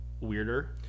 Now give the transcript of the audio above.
weirder